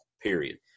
period